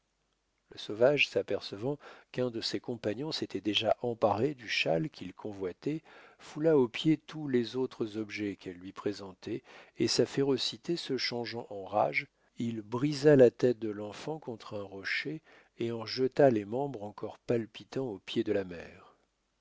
le sauvage s'apercevant qu'un de ses compagnons s'était déjà emparé du châle qu'il convoitait foula aux pieds tous les autres objets qu'elle lui présentait et sa férocité se changeant en rage il brisa la tête de l'enfant contre un rocher et en jeta les membres encore palpitants aux pieds de la mère